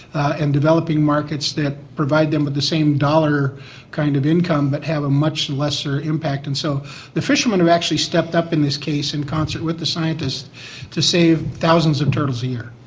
ah and developing markets that provide them with the same dollar kind of income but have a much lesser impact. and so the fishermen have actually stepped up in this case in concert with the scientist to save thousands of turtles a year.